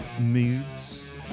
moods